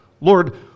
lord